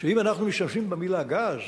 שאם אנחנו משתמשים במלה "גז",